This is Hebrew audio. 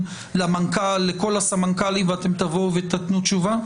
למנכ"ל ולכל הסמנכ"לים ואתם תבואו ותיתנו תשובה?